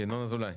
ינון אזולאי.